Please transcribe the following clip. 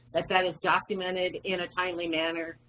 that that is documented in a timely manner,